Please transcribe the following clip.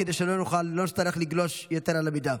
כדי שלא נצטרך לגלוש יתר על המידה.